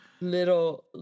little